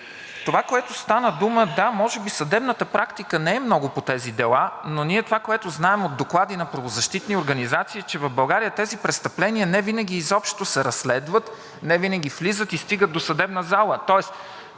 Това, за което стана дума, да, съдебната практика не е много по тези дела, но това, което ние знаем от доклади на правозащитни организации, е, че в България тези престъпления невинаги изобщо се разследват, невинаги влизат и стигат до съдебната зала.